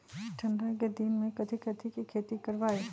ठंडा के दिन में कथी कथी की खेती करवाई?